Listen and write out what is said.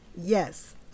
yes